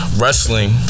wrestling